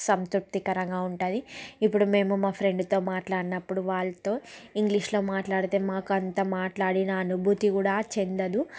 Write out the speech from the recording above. సంతృప్తికరంగా ఉంటుంది ఇప్పుడు మేము మా ఫ్రెండ్తో మాట్లాడినప్పుడు వాళ్లతో ఇంగ్లీష్లో మాట్లాడితే మాకు అంత మాట్లాడిన అనుభూతి కూడా చెందదు